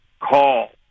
call